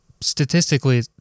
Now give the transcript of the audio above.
statistically